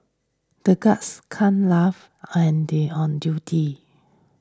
the guards can't laugh on duty